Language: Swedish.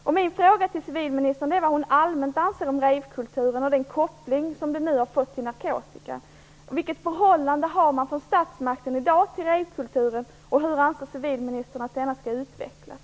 Jag vill fråga civilministern vad hon allmänt anser om rave-kulturen och den koppling den har fått till narkotika. Vilket förhållande har statsmakterna i dag till rave-kulturen? Hur anser civilministern att denna skall utvecklas?